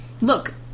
look